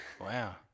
Wow